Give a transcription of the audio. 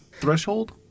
Threshold